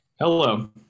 Hello